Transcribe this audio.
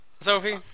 Sophie